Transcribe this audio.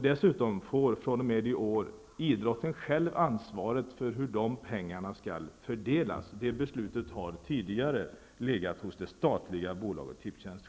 Dessutom får fr.o.m. i år idrotten själv ansvaret för hur de pengarna skall fördelas. Det beslutet har tidigare legat hos det statliga bolaget Tipstjänst.